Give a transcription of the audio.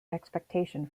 expectation